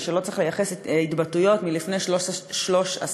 ושלא צריך לייחס להתבטאויות מלפני 13 שנה,